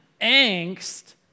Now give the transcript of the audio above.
angst